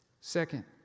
Second